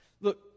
Look